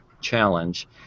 challenge